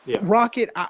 Rocket